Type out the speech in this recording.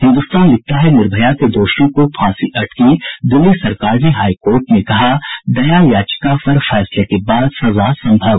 हिन्दुस्तान लिखता है निर्भया के दोषियों की फांसी अटकी दिल्ली सरकार ने हाईकोर्ट में कहा दया याचिका पर फैसले के बाद सजा संभव